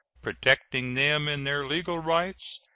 protecting them in their legal rights,